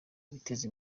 ibiteza